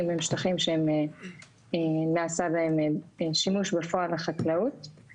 הם שטחים שנעשה בהם שימוש בפועל לחקלאות.